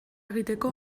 egiteko